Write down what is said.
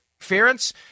interference